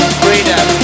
freedom